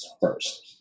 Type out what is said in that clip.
first